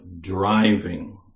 driving